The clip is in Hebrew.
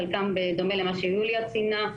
חלקן בדומה למה שיוליה ציינה,